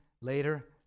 later